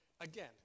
again